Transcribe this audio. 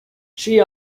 she